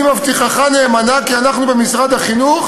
אני מבטיחך נאמנה כי אנחנו במשרד החינוך